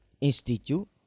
Institute